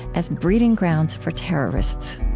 as breeding grounds for terrorists.